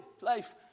life